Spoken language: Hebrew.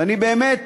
ואני באמת